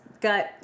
got